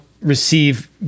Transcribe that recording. receive